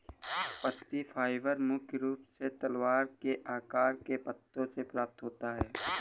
पत्ती फाइबर मुख्य रूप से तलवार के आकार के पत्तों से प्राप्त होता है